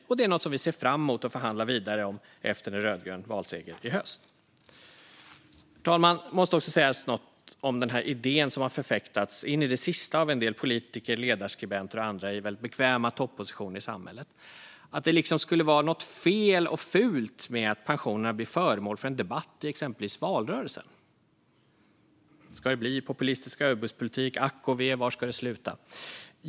Och det är något som vi ser fram mot att förhandla vidare om efter en rödgrön valseger i höst. Herr talman! Det måste också sägas något om den här idén som har förfäktats in i det sista av en del politiker, ledarskribenter och andra i bekväma toppositioner i samhället: att det liksom skulle vara något fel och fult med att pensionerna blir föremål för en debatt i exempelvis valrörelsen. Ska det bli populistisk överbudspolitik, ack och ve! Var ska det sluta?